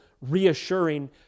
reassuring